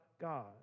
God